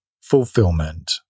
fulfillment